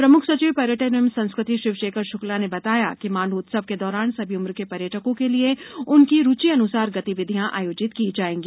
प्रम्ख सचिव पर्यटन एवं संस्कृति शिवशेखर श्क्ला ने बताया कि माण्ड्र उत्सव के दौरान सभी उम्र के पर्यटकों के लिए उनकी रुचि अन्सार गतिविधियाँ आयोजित की जाएगी